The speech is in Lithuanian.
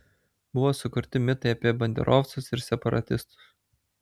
buvo sukurti mitai apie banderovcus ir separatistus